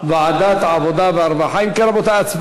ועדת העבודה והרווחה.